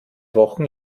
wochen